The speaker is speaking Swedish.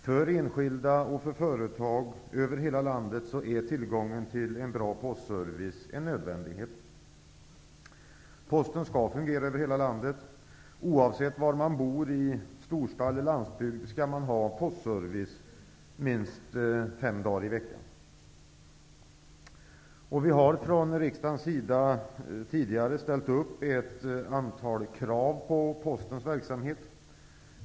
För enskilda och företag över hela landet är tillgången till en bra postservice en nödvändighet. Posten skall fungera över hela landet. Oavsett var man bor -- i storstad eller landsbygd -- skall man ha postservice minst fem dagar i veckan. Vi har från riksdagens sida tidigare ställt upp ett antal krav på Postens verksamhet.